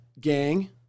gang